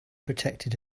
protected